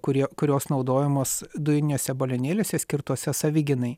kurie kurios naudojamos dujinėse balionėliuose skirtuose savigynai